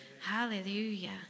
Hallelujah